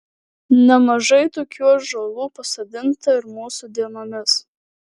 nemažai tokių ąžuolų pasodinta ir mūsų dienomis